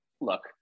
look